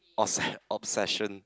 obse~ obsession